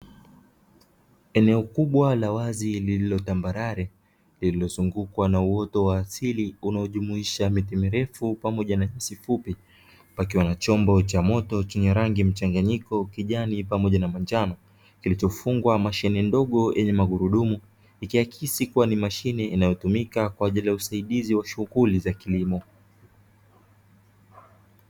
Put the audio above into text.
Eneo kubwa la wazi lililo tambarare lililozungukwa na uoto wa asili unaojumuisha miti mirefu pamoja na nyasi fupi. Pakiwa na chombo cha moto chenye rangi mchanganyiko kijani pamoja na manjano, kilichofungwa mashine ndogo yenye magurudumu. Ikiakisi kuwa ni mashine inayotumika kwa ajili ya usaidizi wa shughuli za kilimo.